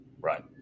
right